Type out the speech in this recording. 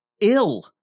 ill